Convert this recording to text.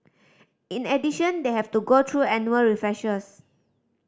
in addition they have to go through annual refreshers